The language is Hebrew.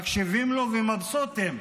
מקשיבים לו ומבסוטים,